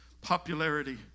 popularity